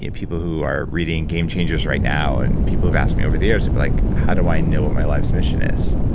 and people who are reading game changers right now, and people who have asked me over the years like, how do i know what my life's mission is?